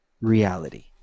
Reality